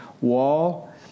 wall